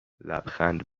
لبخند